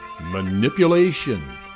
manipulation